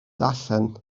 darllen